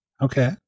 Okay